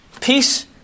peace